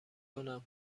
کنم